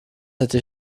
hätte